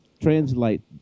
translate